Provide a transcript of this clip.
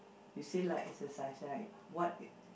you say like exercise right what